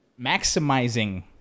maximizing